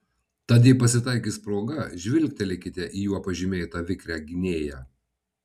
tad jei pasitaikys proga žvilgtelėkite į juo pažymėtą vikrią gynėją